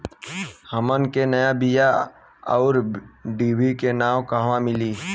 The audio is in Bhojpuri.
हमन के नया बीया आउरडिभी के नाव कहवा मीली?